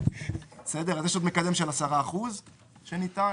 יש עוד מקדם של 10% שניתן.